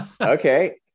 Okay